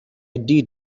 did